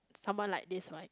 someone like this right